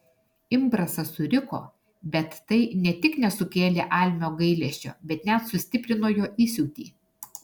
imbrasas suriko bet tai ne tik nesukėlė almio gailesčio bet net sustiprino jo įsiūtį